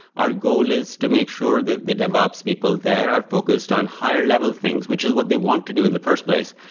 our goal is to make sure that the devops people there are focused on higher level things, which is what they want to do in the first place,